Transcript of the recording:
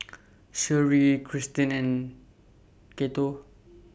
Sherree Krysten and Cato